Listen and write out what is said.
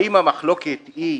האם המחלוקת היא,